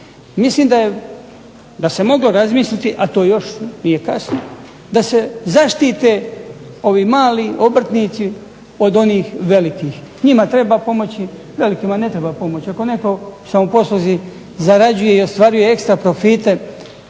Mislim da se moglo razmisliti, a to još nije kasno, da se zaštite ovi mali obrtnici od onih velikih. Njima treba pomoći. Velikima ne treba pomoć. Ako netko po samoposluzi zarađuje i ostvaruje ekstra profite